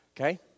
Okay